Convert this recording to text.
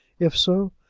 if so,